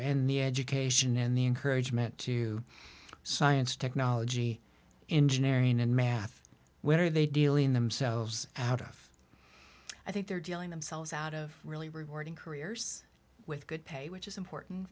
and the education and the encouragement to science technology engineering and math where are they dealing themselves out of i think they're dealing themselves out of really rewarding careers with good pay which is important